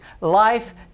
Life